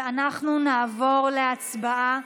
אנחנו נעבור להצבעה.